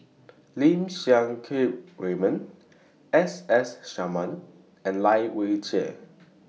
Lim Siang Keat Raymond S S Sarma and Lai Weijie